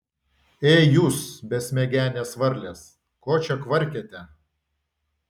ei jūs besmegenės varlės ko čia kvarkiate